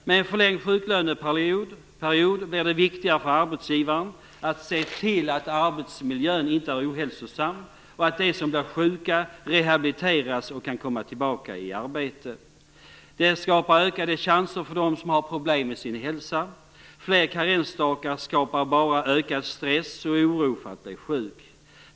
Med en förlängd sjuklöneperiod blir det viktigare för arbetsgivarna att se till att arbetsmiljön inte är ohälsosam och att de som blir sjuka rehabiliteras och kan komma tillbaka i arbete. Det skapar ökade chanser för dem som har problem med sin hälsa. Fler karensdagar skapar bara ökad stress och oro för att bli sjuk.